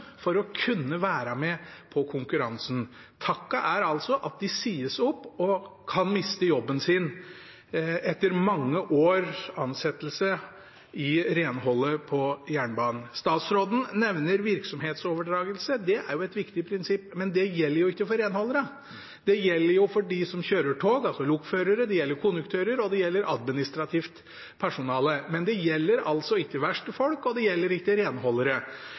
for å kunne være med i konkurransen. Takken er altså at de sies opp og kan miste jobben etter mange års ansettelse i renholdet på jernbanen. Statsråden nevner virksomhetsoverdragelse, det er et viktig prinsipp, men det gjelder jo ikke for renholderne. Det gjelder for dem som kjører tog, altså lokførere, det gjelder konduktører, og det gjelder administrativt personale – men det gjelder altså ikke verkstedfolk, og det gjelder ikke renholdere.